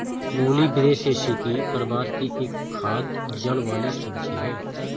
मूली ब्रैसिसेकी परिवार की एक खाद्य जड़ वाली सब्जी है